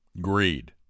greed